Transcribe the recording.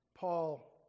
paul